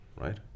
right